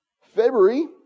February